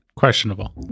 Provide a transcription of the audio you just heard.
questionable